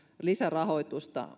lisärahoitusta